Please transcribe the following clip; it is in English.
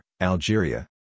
Algeria